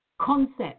Concept